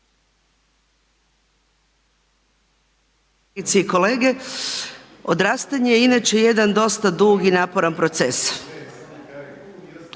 Hvala vam